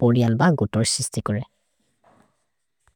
पोरिअल् ब गोतोर् सिस्ति करे।